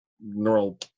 neural